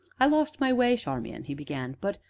i lost my way, charmian, he began, but,